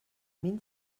mil